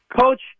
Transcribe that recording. Coach